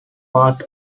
part